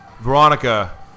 Veronica